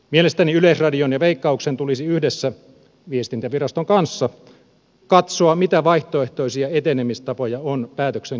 mielestäni yleisradion ja veikkauksen tulisi yhdessä viestintäviraston kanssa katsoa mitä vaihtoehtoisia etenemistapoja on päätöksen jälkeen olemassa